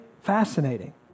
Fascinating